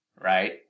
right